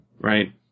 Right